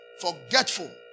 forgetful